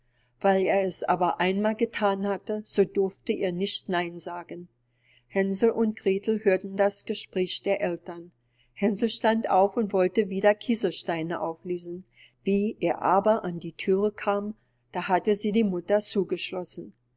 weil er es aber einmal gethan hatte so durfte er nicht nein sagen hänsel und gretel hörten das gespräch der eltern hänsel stand auf und wollte wieder kieselsteine auflesen wie er aber an die thüre kam da hatte sie die mutter zugeschlossen